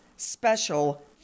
special